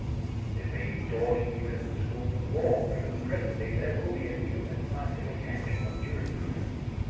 it may be dawning even in the schools of law, because presently there will be a new and scientific handling of jurisprudence.